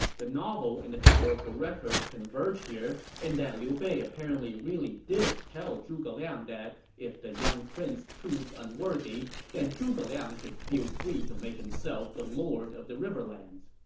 the novel and the historical records converge here in that liu bei apparently really did tell zhuge liang that if the young prince proved unworthy, then zhuge liang should feel free to make himself the lord of the riverlands.